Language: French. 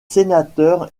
sénateurs